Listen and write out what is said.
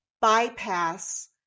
bypass